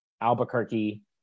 Albuquerque